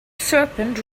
serpent